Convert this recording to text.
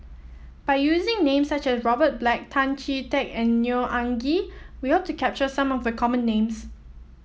by using names such as Robert Black Tan Chee Teck and Neo Anngee we hope to capture some of the common names